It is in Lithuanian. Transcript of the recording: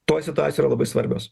toj situacijoj yra labai svarbios